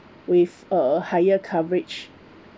with a higher coverage